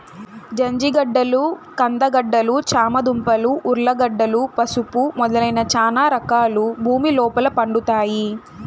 జంజిగడ్డలు, కంద గడ్డలు, చామ దుంపలు, ఉర్లగడ్డలు, పసుపు మొదలైన చానా రకాలు భూమి లోపల పండుతాయి